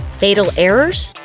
fatal errors?